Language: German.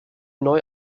neu